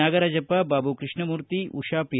Nagarajappa Babu Krishnamurthy Usha P